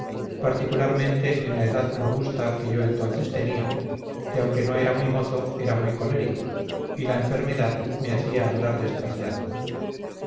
particularmente en la edad robusta que yo entonces tenia que aunque no era muy mozo era muy colérico y la enfermedad me hacia andar desgraciado